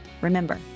remember